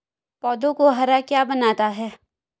पौधों को हरा क्या बनाता है?